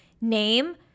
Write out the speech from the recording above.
name